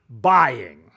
buying